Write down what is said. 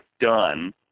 done